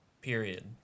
period